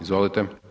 Izvolite.